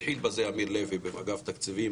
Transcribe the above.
התחיל בכך אמיר לוי באגף תקציבים,